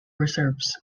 reserves